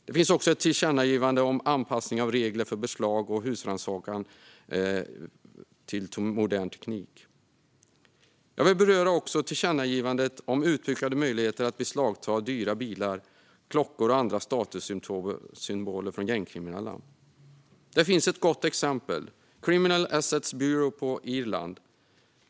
Det föreslås också ett tillkännagivande om anpassning av regler för beslag och husrannsakan till modern teknik. Jag vill också beröra tillkännagivandet om utökade möjligheter att beslagta dyra bilar, klockor och andra statussymboler från gängkriminella. Det finns ett gott exempel: Criminal Assets Bureau på Irland.